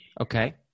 Okay